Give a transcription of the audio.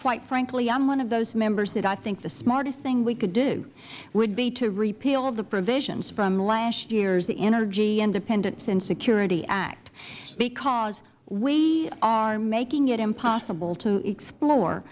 quite frankly i am one of those members that i think the smartest thing that we could do would be to repeal the provisions from last year's energy independence and security act because we are making it impossible to explore